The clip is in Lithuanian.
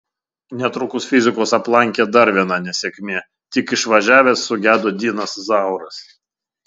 netrukus fizikus aplankė dar viena nesėkmė tik išvažiavęs sugedo dinas zauras